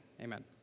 Amen